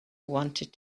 wanted